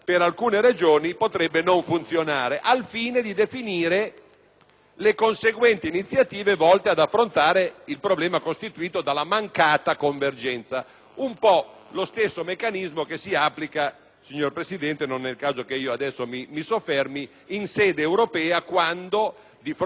le conseguenti iniziative volte ad affrontare il problema costituito dalla mancata convergenza. È un po' lo stesso meccanismo che si applica - signor Presidente, non è il caso che mi soffermi sul punto - in sede europea quando di fronte al patto di stabilità e crescita si manifestano